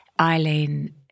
Eileen